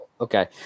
Okay